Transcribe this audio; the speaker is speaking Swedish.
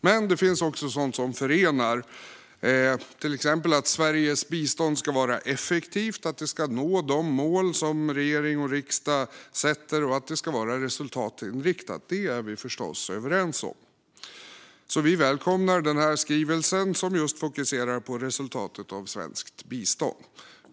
Men det finns också sådant som förenar, till exempel att Sveriges bistånd ska vara effektivt, att det ska nå de mål som regering och riksdag sätter upp och att det ska vara resultatinriktat. Detta är vi förstås överens om. Vi välkomnar därför den här skrivelsen, som fokuserar på just resultatet av svenskt bistånd.